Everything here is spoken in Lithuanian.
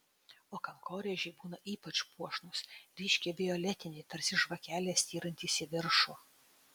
o kankorėžiai būna ypač puošnūs ryškiai violetiniai tarsi žvakelės styrantys į viršų